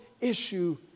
issue